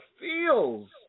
feels